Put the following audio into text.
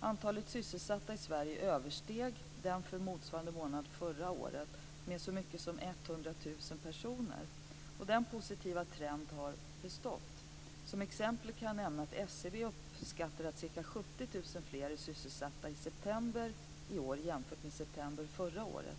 Antalet sysselsatta i Sverige översteg den för motsvarande månader förra året med så mycket som 100 000 personer. Denna positiva trend har bestått. Som exempel kan jag nämna att SCB uppskattar att ca 70 000 fler är sysselsatta i september i år jämfört med september förra året.